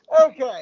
Okay